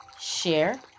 share